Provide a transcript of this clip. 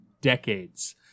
decades